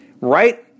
right